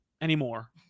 anymore